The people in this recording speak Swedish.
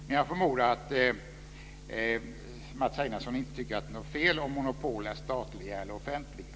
Men jag förmodar att Mats Einarsson inte tycker att det är något fel om monopol är statliga eller offentliga.